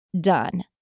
done